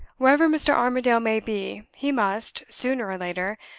wherever mr. armadale may be, he must, sooner or later,